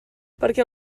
perquè